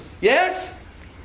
Yes